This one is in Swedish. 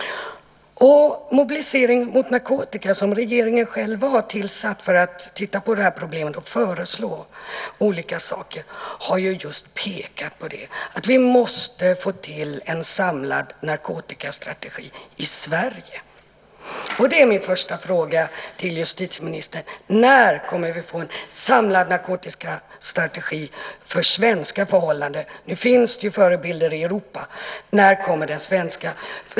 Mobilisering mot narkotika, som regeringen själv har tillsatt för att man ska titta på det här problemet och föreslå olika saker, har just pekat på att vi måste få till en samlad narkotikastrategi i Sverige. Min första fråga till justitieministern är: När kommer vi att få en samlad narkotikastrategi för svenska förhållanden? Nu finns det förebilder i Europa. När kommer den svenska?